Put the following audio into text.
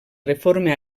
reforma